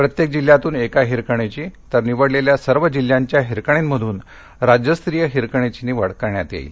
प्रत्येक जिल्ह्यातून एका हिरकणीची तर निवडलेल्या सर्व जिल्ह्यांच्या हिरकणींमधून राज्यस्तरीय हिरकणीची निवड करण्यात येणार आहे